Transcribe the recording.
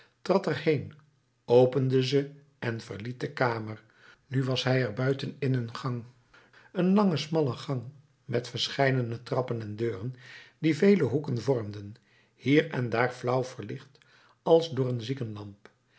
trad er heen opende ze en verliet de kamer nu was hij er buiten in een gang een lange smalle gang met verscheidene trappen en deuren die vele hoeken vormden hier en daar flauw verlicht als door een ziekenlamp